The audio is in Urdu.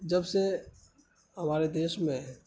جب سے ہمارے دیش میں